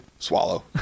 Swallow